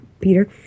Peter